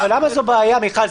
אבל למה זו בעיה, מיכל?